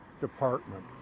department